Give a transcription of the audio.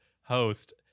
host